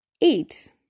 eight